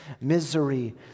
misery